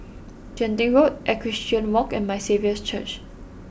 Genting Road Equestrian Walk and My Saviour's Church